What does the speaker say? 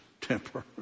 temper